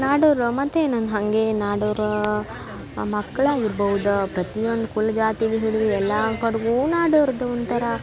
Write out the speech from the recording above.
ನಾಡೋರು ಮತ್ತೇನು ಅನ್ ಹಾಗೆ ನಾಡೋರ ಮಕ್ಳು ಆಗಿರ್ಬೋದು ಪ್ರತಿಯೊಂದು ಕುಲ ಜಾತಿಯಲ್ ಹಿಡ್ದು ಎಲ್ಲ ಕಡೆಗೂ ನಾಡೋರ್ದು ಒಂಥರ